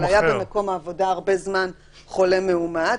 אבל היה במקום העבודה הרבה זמן חולה מאומת.